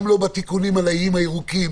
גם לא בתיקונים על איים הירוקים.